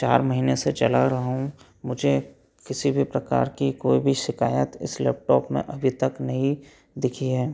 चार महीने से चला रहा हूँ मुझे किसी भी प्रकार की कोई भी शिकायत इस लैपटॉप में अभी तक नहीं दिखी है